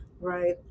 right